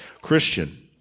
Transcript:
Christian